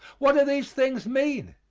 what do these things mean?